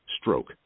Stroke